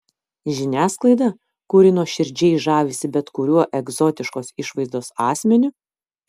žiniasklaidą kuri nuoširdžiai žavisi bet kuriuo egzotiškos išvaizdos asmeniu